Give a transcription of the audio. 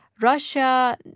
Russia